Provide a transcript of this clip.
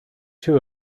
two